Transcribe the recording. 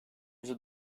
yüzde